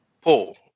pull